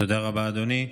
תודה רבה, אדוני.